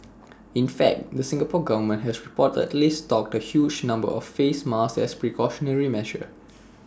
in fact the Singapore Government has reportedly stocked A huge number of face masks as A precautionary measure